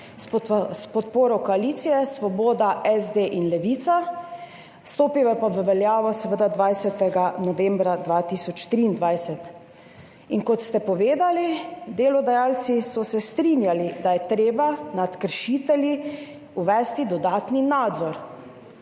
s podporo koalicije Svoboda, SD in Levica, stopil je pa v veljavo 20. novembra 2023. In kot ste povedali, delodajalci so se strinjali, da je treba nad kršitelji uvesti dodatni nadzor.